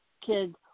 kids